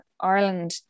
Ireland